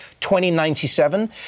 2097